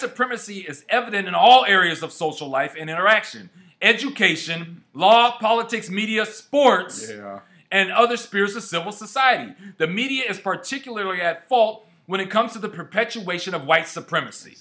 supremacy is evident in all areas of social life interaction education law politics media sports and other spheres the civil society the media is particularly at fault when it comes to the perpetuation of white supremacy